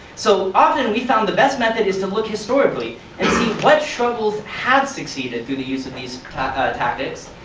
so often we've found the best method is to look historically and see what struggles have succeeded through the use of these tactics,